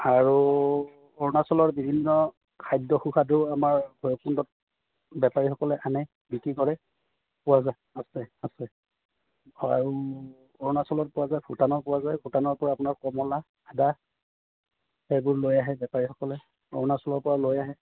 আৰু অৰুণাচলৰ বিভিন্ন খাদ্য সুসাদু আমাৰ ভৈৰৱকুণ্ডত বেপাৰীসকলে আনে বিক্ৰী কৰে পোৱা যায় আছে আছে আৰু অৰুণাচলত পোৱা যায় ভূটানো পোৱা যায় ভূটানৰ পৰা আপোনাৰ কমলা আদা সেইবোৰ লৈ আহে বেপাৰীসকলে অৰুণাচলৰ পৰা লৈ আহে